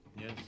Yes